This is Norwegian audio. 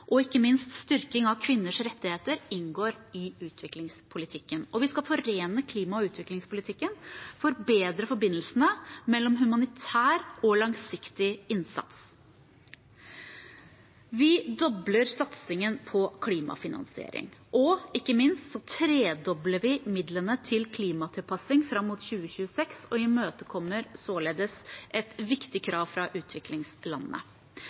og ikke minst styrking av kvinners rettigheter inngår i utviklingspolitikken. Vi skal forene klima- og utviklingspolitikken, forbedre forbindelsene mellom humanitær og langsiktig innsats. Vi dobler satsingen på klimafinansiering, og ikke minst tredobler vi midlene til klimatilpassing fram mot 2026 og imøtekommer således et viktig